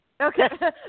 okay